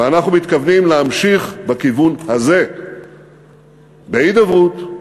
ואנחנו מתכוונים להמשיך בכיוון הזה, להידברות,